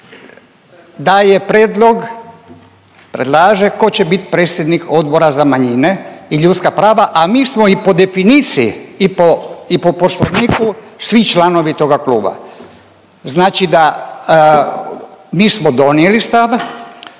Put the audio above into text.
daje prijedlog, predlaže tko će biti predsjednik Odbora za manjine i ljudska prava, a mi smo i po definiciji i po poslovniku svi članovi toga kluba. Znači da mi smo donijeli stav,